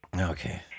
Okay